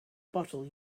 bottle